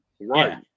Right